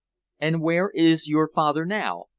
and where is your father now?